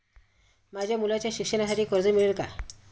माझ्या मुलाच्या शिक्षणासाठी कर्ज मिळेल काय?